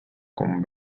con